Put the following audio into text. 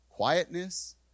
quietness